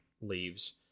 leaves